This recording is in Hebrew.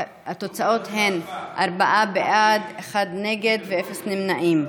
התוצאות הן ארבעה בעד, אחד נגד ואפס נמנעים.